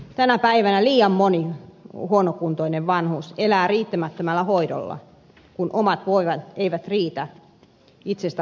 tänä päivänä liian moni huonokuntoinen vanhus elää riittämättömällä hoidolla kun omat voimat eivät riitä itsestä huolehtimiseen